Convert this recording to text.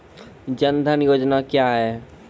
जन धन योजना क्या है?